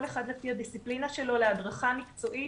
כל אחד לפי הדיסציפלינה שלו להדרכה מקצועית